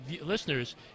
listeners